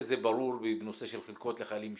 הזה ברור בנושא של חלקות לחיילים משוחררים.